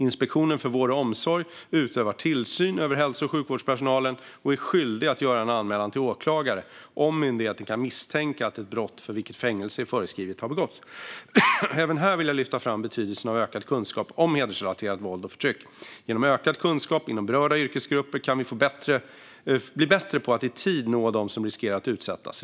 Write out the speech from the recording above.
Inspektionen för vård och omsorg utövar tillsyn över hälso och sjukvårdspersonalen och är skyldig att göra en anmälan till åklagare om myndigheten kan misstänka att ett brott för vilket fängelse är föreskrivet har begåtts. Även här vill jag lyfta fram betydelsen av ökad kunskap om hedersrelaterat våld och förtryck. Genom ökad kunskap inom berörda yrkesgrupper kan vi bli bättre på att i tid nå dem som riskerar att utsättas.